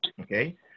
Okay